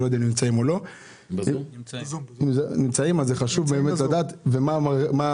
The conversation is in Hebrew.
דבר נוסף, שבוע